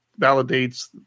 validates